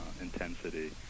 intensity